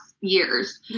years